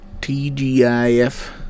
Tgif